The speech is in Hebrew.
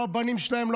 לא הבנים שלהם,